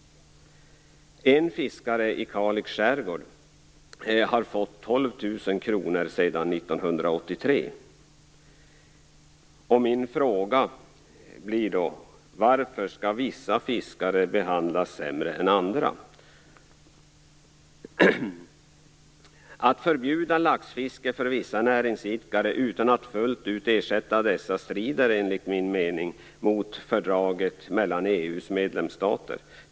En fiskare i Kalix skärgård har fått 12 000 kr sedan 1983. Min fråga blir då: Varför skall vissa fiskare behandlas sämre än andra? Att förbjuda laxfiske för vissa näringsidkare utan att fullt ut ersätta dessa strider enligt min mening mot fördraget mellan EU:s medlemsstater.